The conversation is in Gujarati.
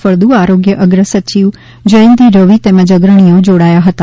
ફળદુ આરોગ્ય અગ્ર સચિવ જયંતિ રવિ તેમજ અગ્રણીઓ પણ જોડાયા હતા